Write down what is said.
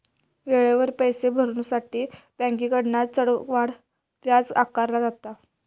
वेळेवर पैशे भरुसाठी बँकेकडना चक्रवाढ व्याज आकारला जाता